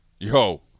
Yo